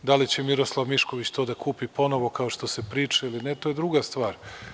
Da li će Miroslav Mišković to da kupi ponovo, kao što se priča, ili ne, to je druga stvar?